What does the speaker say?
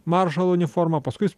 maršalo uniformą paskui jis